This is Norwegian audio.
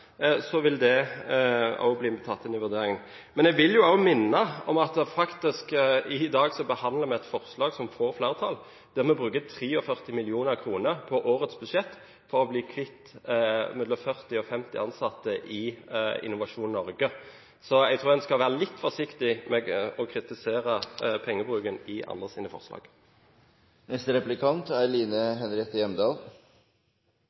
så vil det også bli tatt med i vurderingen. Men jeg vil minne om at vi i dag faktisk behandler et forslag som får flertall, der vi bruker 43 mill. kr i årets budsjett på å bli kvitt mellom 40 og 50 ansatte i Innovasjon Norge, så jeg tror en skal være litt forsiktig med å kritisere pengebruken i andres forslag.